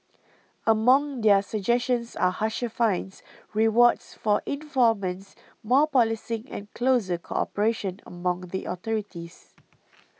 among their suggestions are harsher fines rewards for informants more policing and closer cooperation among the authorities